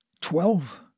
Twelve